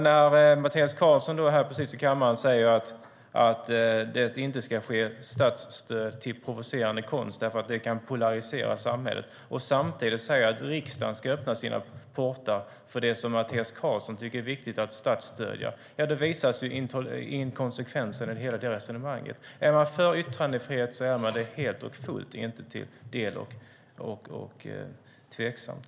När Mattias Karlsson säger att det inte ska ges statsstöd till provocerande konst för att det kan polarisera samhället och samtidigt säger att riksdagen ska öppna sina portar för det Mattias Karlsson tycker är viktigt att statsstödja visas inkonsekvensen i hela resonemanget. Är man för yttrandefrihet är man det helt och fullt, inte delvis och tveksamt.